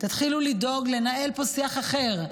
תתחילו לדאוג לנהל פה שיח אחר.